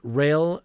rail